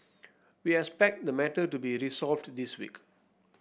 we expect the matter to be resolved this week